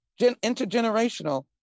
intergenerational